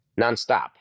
nonstop